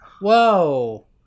Whoa